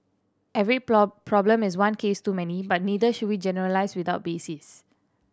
every problem is one case too many but neither should we generalise without basis